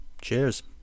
Cheers